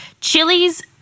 chilies